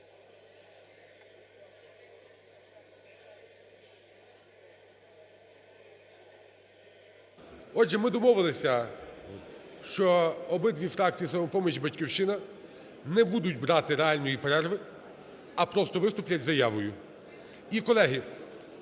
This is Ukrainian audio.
Отже, ми домовилися, що обидві фракції – "Самопоміч" і "Батьківщина" – не будуть брати реальної перерви, а просто виступлять з заявою.